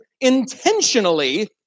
intentionally